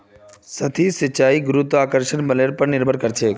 सतही सिंचाई गुरुत्वाकर्षण बलेर पर निर्भर करछेक